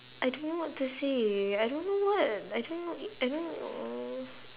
I don't know what to say I don't know what I don't know I don't know